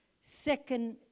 second